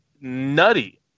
nutty